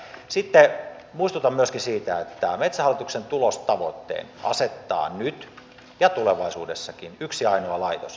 sitten muistutan myöskin siitä että metsähallituksen tulostavoitteen asettaa nyt ja tulevaisuudessakin yksi ainoa laitos ja se on eduskunta